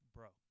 Bro